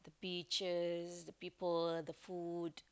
beaches the people the food